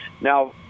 Now